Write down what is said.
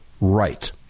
right